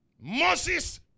Moses